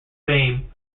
fame